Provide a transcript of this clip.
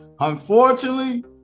Unfortunately